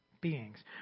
beings